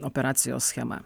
operacijos schema